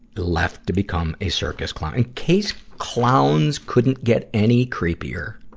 left to become a circus clown. in case clowns couldn't get any creepier.